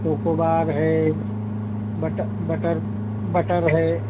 chocobar है butter butter butter है